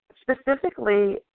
specifically